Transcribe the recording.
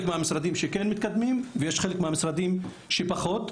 מהמשרדים שכן מתקדמים ויש חלק מהמשרדים שפחות,